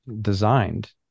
designed